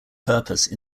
purpose